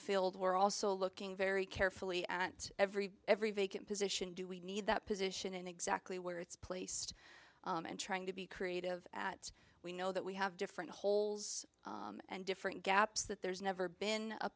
filled we're also looking very carefully at every every vacant position do we need that position and exactly where it's placed and trying to be creative at we know that we have different holes and different gaps that there's never been a